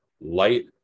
light